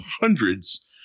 hundreds